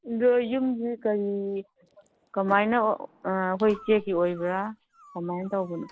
ꯑꯗꯣ ꯌꯨꯝꯁꯦ ꯀꯔꯤ ꯀꯃꯥꯏꯅ ꯑꯩꯈꯣꯏ ꯆꯦꯛꯀꯤ ꯑꯣꯏꯕ꯭ꯔꯥ ꯀꯃꯥꯏ ꯇꯧꯕꯅꯣ